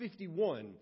51